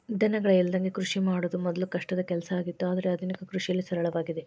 ದನಗಳ ಇಲ್ಲದಂಗ ಕೃಷಿ ಮಾಡುದ ಮೊದ್ಲು ಕಷ್ಟದ ಕೆಲಸ ಆಗಿತ್ತು ಆದ್ರೆ ಆದುನಿಕ ಕೃಷಿಯಲ್ಲಿ ಸರಳವಾಗಿದೆ